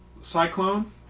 cyclone